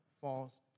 falls